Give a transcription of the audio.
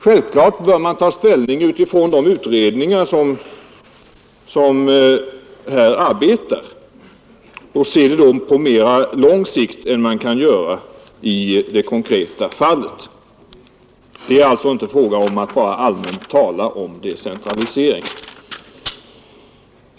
Självfallet bör man ta ställning med utgångspunkt i de utredningar som här arbetar och se problemet på längre sikt än man kan göra i detta konkreta fall. Det är alltså inte fråga om att bara allmänt tala om decentralisering.